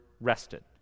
rested